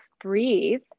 breathe